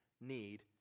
need